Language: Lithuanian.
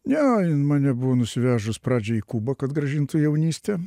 ne mane buvo nusivežus pradžiai į kubą kad grąžintų jaunystę